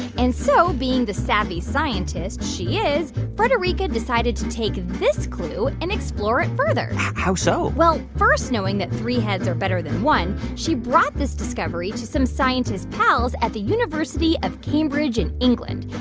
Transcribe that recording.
and so, being the savvy scientist she is, federica decided to take this clue and explore it further how so? well, first, knowing that three heads are better than one, she brought this discovery to some scientist pals at the university of cambridge in england.